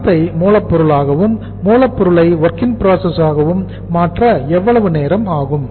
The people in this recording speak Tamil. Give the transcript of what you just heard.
பணத்தை மூலப்பொருளாகவும் மூலப் பொருளை WIP ஆகவும் மாற்ற எவ்வளவு நேரம் ஆகும்